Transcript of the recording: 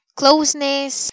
closeness